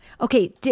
Okay